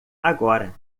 agora